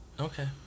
Okay